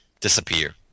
disappear